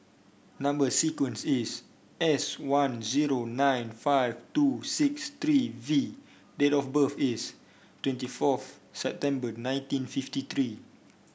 number sequence is S one zero nine five two six three V date of birth is twenty four September nineteen fifty three